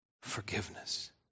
forgiveness